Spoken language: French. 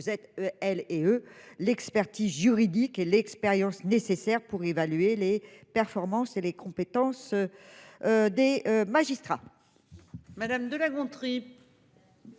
posait elles et eux l'expertise juridique et l'expérience nécessaires pour évaluer les performances et les compétences. Des magistrats. Madame de La Gontrie.